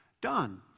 done